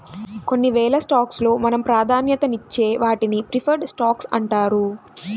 కొన్ని వేల స్టాక్స్ లో మనం ప్రాధాన్యతనిచ్చే వాటిని ప్రిఫర్డ్ స్టాక్స్ అంటారు